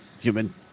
Human